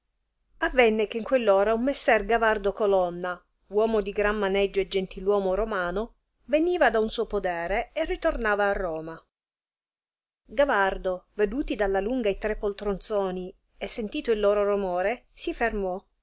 avenne che in quell'ora un messer gavardo colonna uomo di gran maneggio e gentil uomo romano veniva da un suo podere e ritornava a roma gavardo veduti dalla lunga i tre poltronzoni e sentito il loro romore si fermò